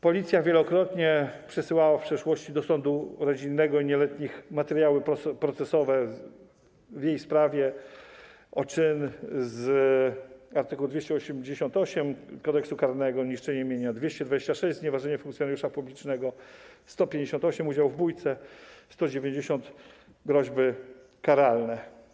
Policja wielokrotnie przesyłała w przeszłości do sądu rodzinnego i nieletnich materiały procesowe w jej sprawie o czyn z art. 288 Kodeksu karnego - niszczenie mienia, art. 226 - znieważenie funkcjonariusza publicznego, art. 158 - udział w bójce, art. 190 - groźby karalne.